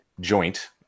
joint